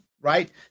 Right